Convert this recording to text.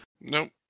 Nope